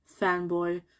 fanboy